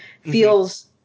feels